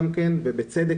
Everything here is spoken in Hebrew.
ובצדק,